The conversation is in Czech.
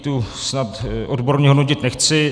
Tu snad odborně hodnotit nechci.